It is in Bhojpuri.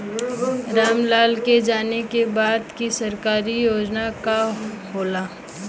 राम लाल के जाने के बा की सरकारी योजना का होला?